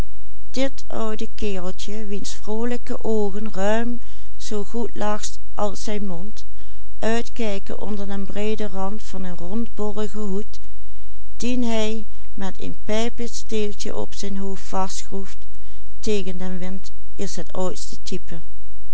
mond uitkijken onder den breeden rand van een rondbolligen hoed dien hij met een pijpesteeltje op zijn hoofd vastschroeft tegen den wind is het oudste type